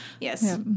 Yes